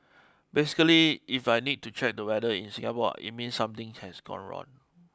basically if I need to check the weather in Singapore it means something has gone wrong